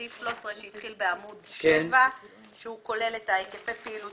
סעיף 13 שהתחיל בעמוד 7 והוא כולל את סעיפי הפעילות